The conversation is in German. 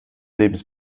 lebens